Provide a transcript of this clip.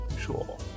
Sure